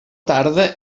tarda